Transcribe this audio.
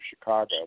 Chicago